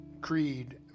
creed